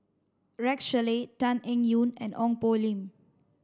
Rex Shelley Tan Eng Yoon and Ong Poh Lim